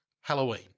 Halloween